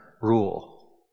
rule